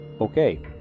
Okay